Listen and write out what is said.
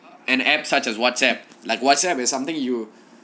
an apps such as whatsapp like whatsapp is something you